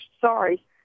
sorry